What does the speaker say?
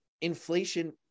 inflation